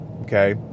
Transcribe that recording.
Okay